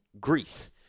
Greece